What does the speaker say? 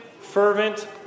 fervent